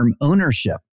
ownership